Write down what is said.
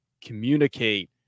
communicate